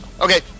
okay